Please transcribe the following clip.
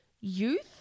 youth